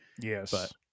Yes